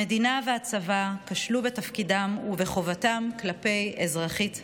המדינה והצבא כשלו בתפקידם ובחובתם כלפי אזרחית המדינה.